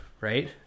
right